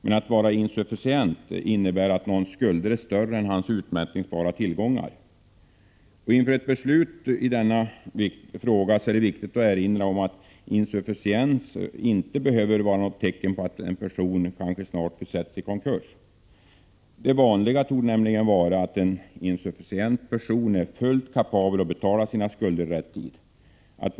Om någon är insufficient innebär det att skulderna är större än de utmätningsbara tillgångarna. Inför ett beslut i denna fråga är det viktigt att erinra om att insufficiens inte behöver vara något tecken på att en person snart kanske försätts i konkurs. Det vanligaste torde nämligen vara att en insufficient person är fullt kapabel att betala sina skulder i rätt tid.